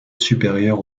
supérieur